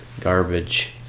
garbage